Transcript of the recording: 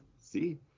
See